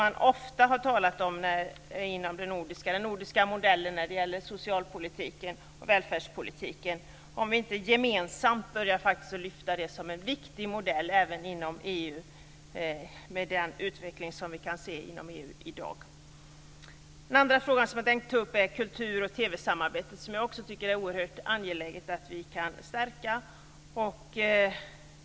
Med tanke på den utveckling som vi ser inom EU i dag, är jag lite oroad för vad som kommer att hända med den om vi inte gemensamt börjar lyfta fram den som en viktig modell även inom EU. En annan fråga som jag tänkte ta upp rör kulturoch TV-samarbetet. Det är angeläget att vi kan stärka det.